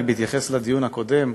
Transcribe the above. רק בהתייחס לדיון הקודם,